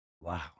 wow